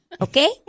Okay